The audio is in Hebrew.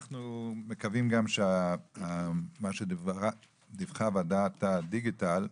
אנחנו מקווים גם שמה שדווחה וועדת הדיגיטל,